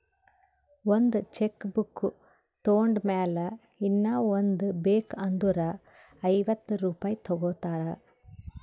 ಒಂದ್ cheque book ತೊಂಡ್ ಮ್ಯಾಲ ಇನ್ನಾ ಒಂದ್ ಬೇಕ್ ಅಂದುರ್ ಐವತ್ತ ರುಪಾಯಿ ತಗೋತಾರ್